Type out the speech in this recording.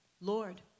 Lord